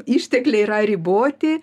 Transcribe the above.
ištekliai yra riboti